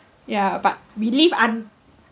yeah but we live un~